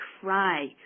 cry